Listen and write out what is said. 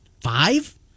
five